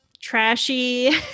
trashy